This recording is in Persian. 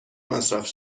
مصرف